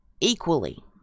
equally